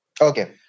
Okay